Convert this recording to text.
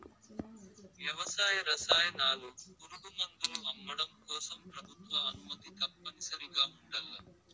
వ్యవసాయ రసాయనాలు, పురుగుమందులు అమ్మడం కోసం ప్రభుత్వ అనుమతి తప్పనిసరిగా ఉండల్ల